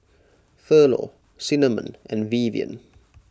Thurlow Cinnamon and Vivian